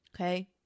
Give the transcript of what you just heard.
Okay